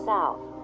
South